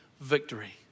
victory